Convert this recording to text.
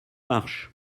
marches